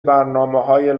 برنامههای